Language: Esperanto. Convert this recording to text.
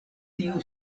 tiu